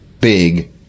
big